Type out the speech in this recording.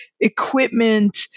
equipment